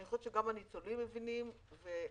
אני חושבת שגם הניצולים מבינים את זה.